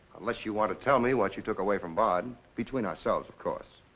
unless you want to tell me what you took away from bard. between ourselves, of course.